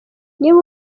niba